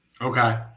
Okay